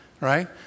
right